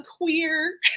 queer